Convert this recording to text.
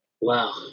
Wow